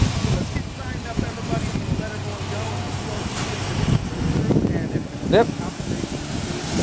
so let's get signed up everybody i'm gonna let everyone go and let's go. see if predictions are true and if the committe confirmation is true,